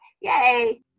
Yay